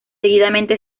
seguidamente